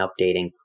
updating